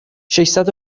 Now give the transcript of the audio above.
ششصد